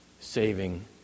saving